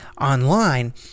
online